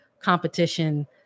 competition